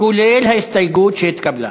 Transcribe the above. כולל ההסתייגות שהתקבלה.